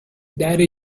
daddy